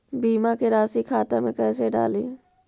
बीमा के रासी खाता में कैसे डाली?